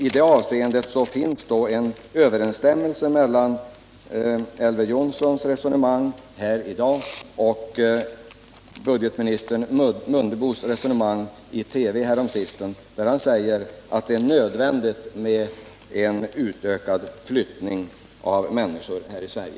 I det avseendet finns då en överensstämmelse mellan Elver Jonssons resonemang här i dag och budgetminister Mundebos resonemang i TV häromsistens, där han sade att det är nödvändigt med en utökad flyttning av människor här i Sverige.